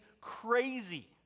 crazy